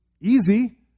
easy